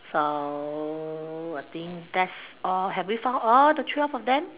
so I think that's all have we found all the twelve of them